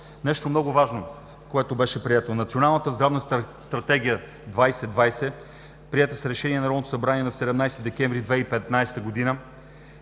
Нещо много важно, което беше прието. Националната здравна стратегия 2020, приета с Решение на Народното събрание на 17 декември 2015 г.,